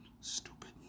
stupid